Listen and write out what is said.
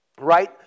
right